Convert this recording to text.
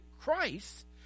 Christ